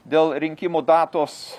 dėl rinkimų datos